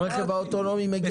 נקדם.